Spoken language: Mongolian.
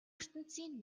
ертөнцийн